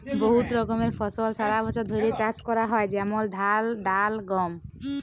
বহুত রকমের ফসল সারা বছর ধ্যরে চাষ ক্যরা হয় যেমল ধাল, ডাল, গম